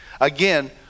Again